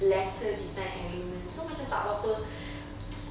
lesser design elements so macam tak berapa